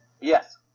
Yes